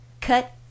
Cut